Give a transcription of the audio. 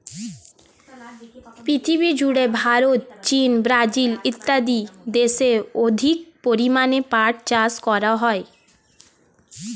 পৃথিবীজুড়ে ভারত, চীন, ব্রাজিল ইত্যাদি দেশে অধিক পরিমাণে পাট চাষ করা হয়